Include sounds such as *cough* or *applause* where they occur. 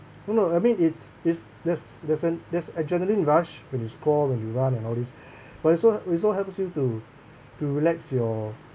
no I mean it's it's there's there's an there's adrenaline rush when you score when you run and all this *breath* but it also it also helps you to to relax your